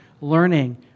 learning